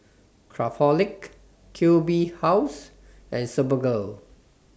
Craftholic Q B House and Superga